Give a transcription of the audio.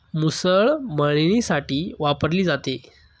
मुसळ मळणीसाठी वापरली जाते